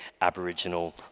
Aboriginal